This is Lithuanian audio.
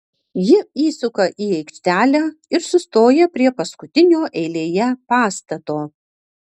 ji įsuka į aikštelę ir sustoja prie paskutinio eilėje pastato